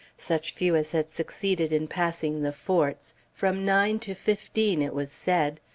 such few as had succeeded in passing the forts from nine to fifteen, it was said.